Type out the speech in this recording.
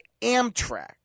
Amtrak